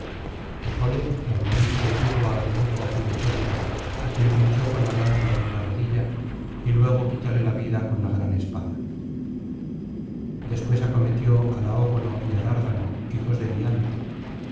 dejóle y al momento detuvo á demuco fíletórida á quien pinchó con la lanza en una rodilla y luego quitóle la vida con la gran espada después acometió á laógono y á dárdano hijos de biante